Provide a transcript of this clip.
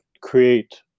create